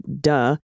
duh